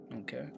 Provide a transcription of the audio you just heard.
Okay